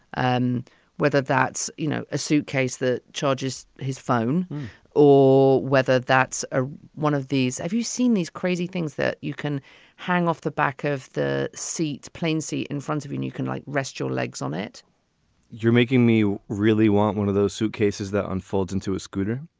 and whether that's, you know, a suitcase that charges his phone or whether that's a one of these. have you seen these crazy things that you can hang off the back of the seats plain see in front of you. and you can like rest your legs on it you're making me really want one of those suitcases that unfolds into a scooter.